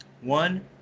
One